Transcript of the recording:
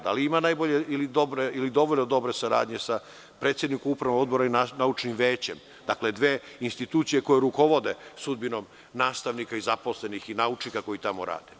Da li ima najbolje ili dovoljno dobre saradnje sa predsednikom Upravnog odbora i Naučnim većem, dakle, dve institucije koje rukovode sudbinom nastavnika i zaposlenih i naučnika koji tamo rade?